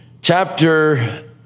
Chapter